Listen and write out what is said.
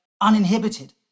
uninhibited